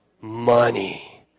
Money